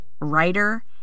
writer